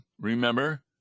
remember